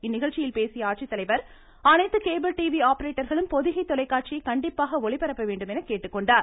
இந்நிகழ்ச்சியில் பேசிய ஆட்சித்தலைவர் அனைத்து கேபிள் டிவி ஆப்பரேட்டர்களும் பொதிகை தொலைக்காட்சியை கண்டிப்பாக ஒளிபரப்ப வேண்டும் என கேட்டுக்கொண்டார்